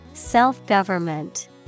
Self-government